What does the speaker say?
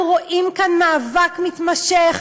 אנחנו רואים כאן מאבק מתמשך.